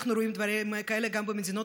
אנחנו רואים דברים כאלה גם במדינות